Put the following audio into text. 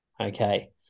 okay